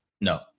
No